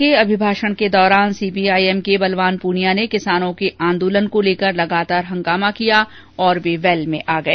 राज्यपाल के अभिभाषण के दौरान सीपीआईएम के बलवान पूनिया ने किसानों के आंदोलन को लेकर लगातार हंगामा किया और वैल में आ गए